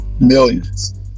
Millions